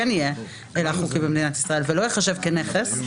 יהיה הילך חוקי במדינת ישראל ולא ייחשב כנכס.